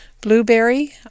Blueberry